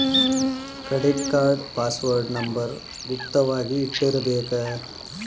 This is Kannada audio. ಕ್ರೆಡಿಟ್ ಕಾರ್ಡ್ ಪಾಸ್ವರ್ಡ್ ನಂಬರ್ ಗುಪ್ತ ವಾಗಿ ಇಟ್ಟಿರ್ಬೇಕ